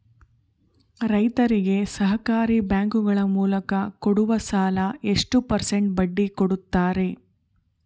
ರೈತರಿಗೆ ಸಹಕಾರಿ ಬ್ಯಾಂಕುಗಳ ಮೂಲಕ ಕೊಡುವ ಸಾಲ ಎಷ್ಟು ಪರ್ಸೆಂಟ್ ಬಡ್ಡಿ ಕೊಡುತ್ತಾರೆ?